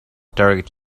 target